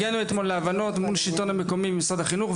הגענו אתמול להבנות מול השלטון המקומי ומשרד החינוך,